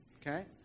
okay